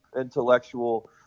intellectual